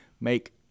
make